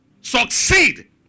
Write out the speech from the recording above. succeed